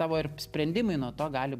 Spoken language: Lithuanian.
tavo ir sprendimai nuo to gali